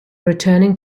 returning